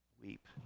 Weep